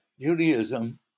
Judaism